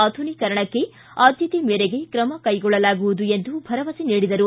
ಆಧುನೀಕರಣಕ್ಕೆ ಆದ್ದತೆ ಮೇರೆಗೆ ತ್ರಮ ಕೈಗೊಳ್ಳಲಾಗುವುದು ಎಂದು ಭರವಸೆ ನೀಡಿದರು